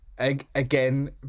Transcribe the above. Again